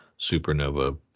supernova